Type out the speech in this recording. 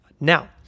Now